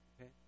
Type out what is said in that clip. okay